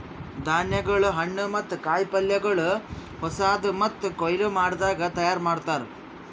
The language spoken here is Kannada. ಧಾನ್ಯಗೊಳ್, ಹಣ್ಣು ಮತ್ತ ಕಾಯಿ ಪಲ್ಯಗೊಳ್ ಹೊಸಾದು ಮತ್ತ ಕೊಯ್ಲು ಮಾಡದಾಗ್ ತೈಯಾರ್ ಮಾಡ್ತಾರ್